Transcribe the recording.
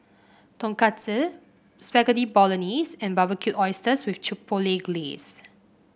Tonkatsu Spaghetti Bolognese and Barbecued Oysters with Chipotle Glaze